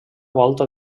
volta